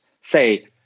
Say